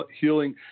healing